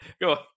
Go